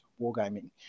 wargaming